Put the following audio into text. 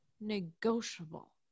negotiable